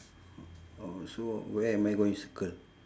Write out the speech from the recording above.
oh so where am I going to circle